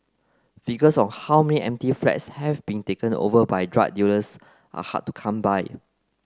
figures on how many empty flats have been taken over by drug dealers are hard to come by